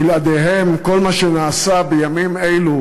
בלעדיהם כל מה שנעשה בימים אלו